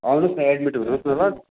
आउनुहोस् न एडमिट हुनुहोस् न ल